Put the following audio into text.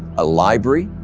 a library,